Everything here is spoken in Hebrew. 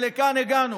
שלכאן הגענו.